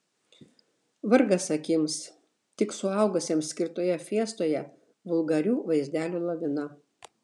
vargas akims tik suaugusiems skirtoje fiestoje vulgarių vaizdelių lavina